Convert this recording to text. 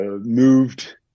moved